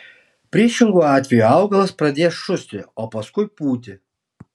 priešingu atveju augalas pradės šusti o paskui pūti